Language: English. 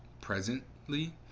presently